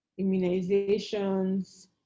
immunizations